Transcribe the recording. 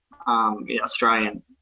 Australian